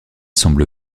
semble